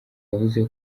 yavuze